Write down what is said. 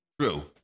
True